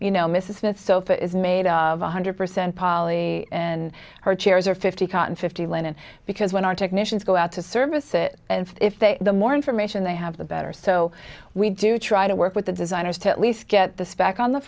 you know mrs smith so if it is made of one hundred percent poly in her chairs or fifty cotton fifty linen because when our technicians go out to service it and if they the more information they have the better so we do try to work with the designers to at least get the spec on the